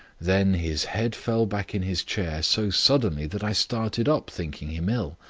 then his head fell back in his chair so suddenly that i started up, thinking him ill.